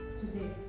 today